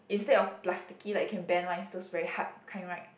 instead of plasticky like can bend one is those very hard kind right